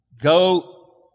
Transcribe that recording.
go